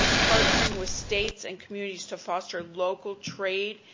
partnering with states and communities to foster local trade,